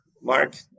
Mark